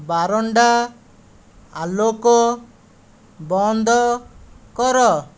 ବାରଣ୍ଡା ଆଲୋକ ବନ୍ଦ କର